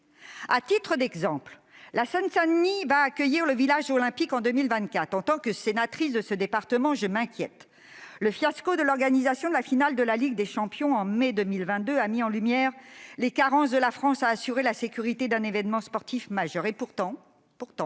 À titre d'exemple, la Seine-Saint-Denis accueillera le village olympique en 2024. En tant que sénatrice de ce département, je suis inquiète. Le fiasco de l'organisation de la finale de la Ligue des champions, en mai 2022, a mis en lumière les carences de la France pour assurer la sécurité d'un événement sportif majeur. Pourtant, face